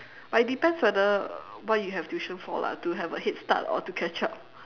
but it depends whether why you have tuition for lah to have a head start or to catch up